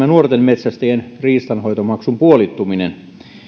nuorten metsästäjien riistanhoitomaksun puolittuminen